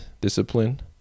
discipline